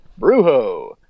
Brujo